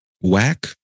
Whack